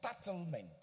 startlement